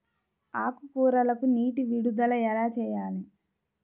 ఆకుకూరలకు నీటి విడుదల ఎలా చేయాలి?